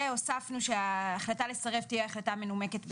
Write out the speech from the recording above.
והוספנו שההחלטה לסרב תהיה החלטה מנומקת בכתב.